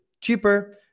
cheaper